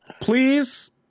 Please